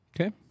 Okay